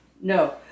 No